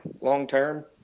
long-term